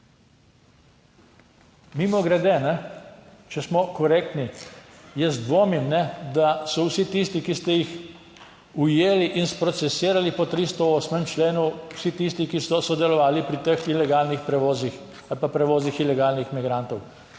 Mimogrede, če smo korektni, jaz dvomim, da so vsi tisti, ki ste jih ujeli in sprocesirali po 308. členu vsi tisti, ki so sodelovali pri teh ilegalnih prevozih ali pa prevozih ilegalnih migrantov.